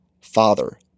Father